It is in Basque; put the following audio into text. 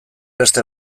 beste